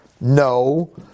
No